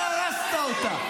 הרי הרסת אותה.